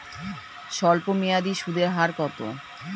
স্বল্পমেয়াদী সুদের হার কত?